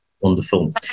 Wonderful